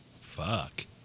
Fuck